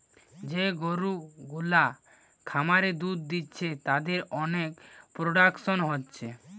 যে গরু গুলা খামারে দুধ দিচ্ছে তাদের অনেক প্রোডাকশন হচ্ছে